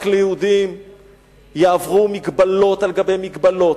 רק יהודים יעברו מגבלות על גבי מגבלות,